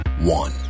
one